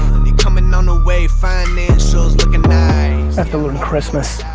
you coming on a way financials looking nice i have to learn christmas.